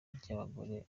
ry’abagore